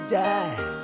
die